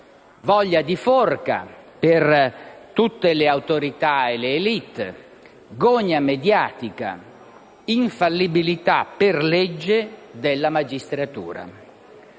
voglia di forca per tutte le autorità e le *élite*, gogna mediatica, infallibilità per legge della magistratura.